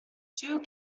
two